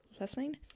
listening